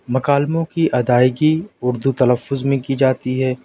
مقالموں کی ادائگی اردو تلفظ میں کی جاتی ہے